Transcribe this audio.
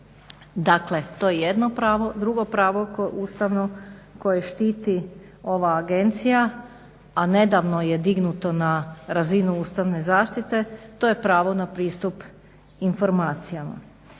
pravo. Drugo pravo ustavno koje štiti ova agencija a nedavno je dignuta na razinu ustavne zaštite, to je pravo na pristup informacijama.